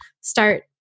start